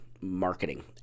marketing